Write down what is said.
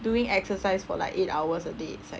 doing exercise for like eight hours a day is like